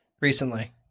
recently